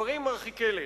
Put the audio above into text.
דברים מרחיקי לכת.